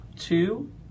Two